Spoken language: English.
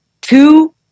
two